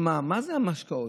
מה זה המשקאות?